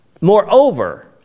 Moreover